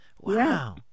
Wow